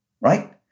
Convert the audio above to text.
Right